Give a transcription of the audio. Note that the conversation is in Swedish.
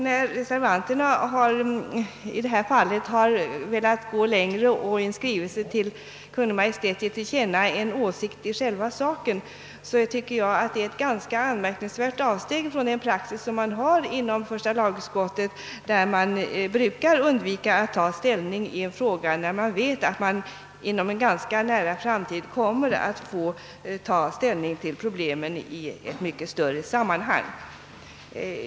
När reservanterna i detta ärende vill att riksdagen i skrivelse till Kungl. Maj:t skall ge till känna en åsikt i själva sakfrågan tycker jag att det innebär ett anmärkningsvärt avsteg från den praxis som tillämpas i första lagutskottet, där man brukar undvika att ta ställning i en fråga när man vet att man inom en snar framtid kommer att få ta ställning till problemet i ett mycket större sammanhang.